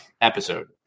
episode